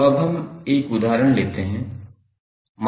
तो अब हम 1 उदाहरण लेते हैं